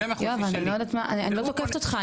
יואב, אני לא תוקפת אותך,